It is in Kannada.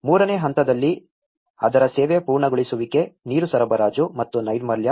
3 ನೇ ಹಂತದಲ್ಲಿ ಅದರ ಸೇವೆ ಪೂರ್ಣಗೊಳಿಸುವಿಕೆ ನೀರು ಸರಬರಾಜು ಮತ್ತು ನೈರ್ಮಲ್ಯ